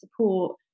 support